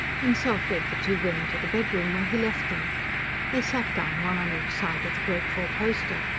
himself led the two women to the bedroom, where he left them they sat down one on each side of the great fourposter.